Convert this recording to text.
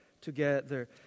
together